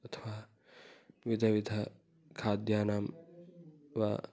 अथवा विध विध खाद्यानां वा